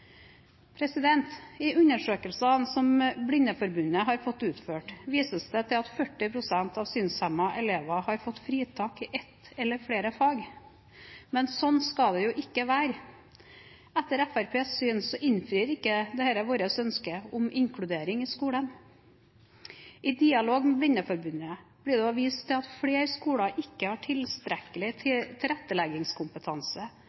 I undersøkelsen som Blindeforbundet har fått utført, vises det til at 40 pst. av synshemmede elever har fått fritak i ett eller flere fag, men slik skal det jo ikke være. Etter Fremskrittspartiets syn innfrir ikke dette vårt ønske om inkludering i skolen. I dialog med Blindeforbundet blir det vist til at flere skoler ikke har tilstrekkelig